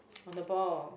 on the ball